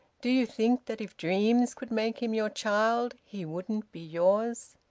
do you think that if dreams could make him your child he wouldn't be yours?